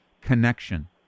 connection